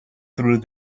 through